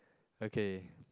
okay